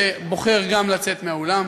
שבוחר גם לצאת מהאולם,